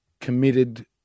committed